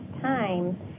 time